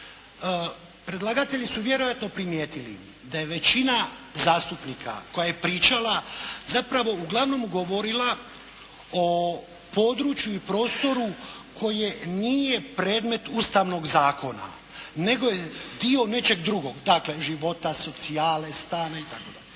Predlagatelji su vjerojatno primijetili da je većina zastupnika koja je pričala, zapravo uglavnom govorila o području i prostoru koje nije predmet Ustavnog zakona nego je dio nečeg drugog. Dakle, života, socijale, stane itd..